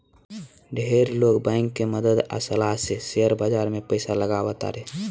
ढेर लोग बैंक के मदद आ सलाह से शेयर बाजार में पइसा लगावे तारे